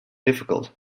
difficult